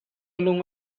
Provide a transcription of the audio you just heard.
lung